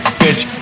bitch